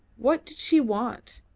what did she want?